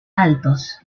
altos